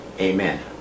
amen